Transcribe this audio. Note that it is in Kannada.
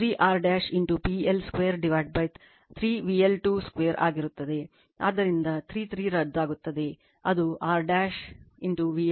ಆದ್ದರಿಂದ 3 3 ರದ್ದಾಗುತ್ತದೆ ಅದು R VL2 VL2 ಆಗಿರುತ್ತದೆ